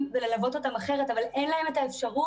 וללוות אותם אחרת אבל אין להם אפשרות,